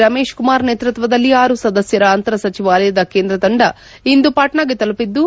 ರಮೇಶ್ ಕುಮಾರ್ ನೇತೃತ್ವದಲ್ಲಿ ಆರು ಸದಸ್ನರ ಅಂತರ ಸಚಿವಾಲಯದ ಕೇಂದ್ರ ತಂಡ ಇಂದು ಪಾಟ್ನಾಗೆ ತಲುಪಿದ್ದು